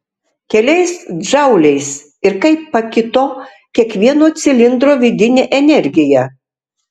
keliais džauliais ir kaip pakito kiekvieno cilindro vidinė energija